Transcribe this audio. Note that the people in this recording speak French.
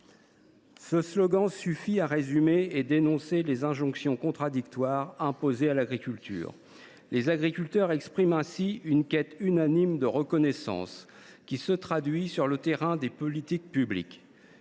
Ce slogan suffit à résumer et à dénoncer les injonctions contradictoires adressées à l’agriculture. Les agriculteurs expriment ainsi une quête unanime de reconnaissance, qui se traduit sur le terrain des politiques publiques